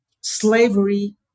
slavery